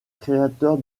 créateur